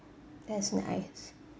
that's nice